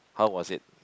how was it